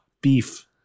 Beef